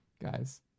guys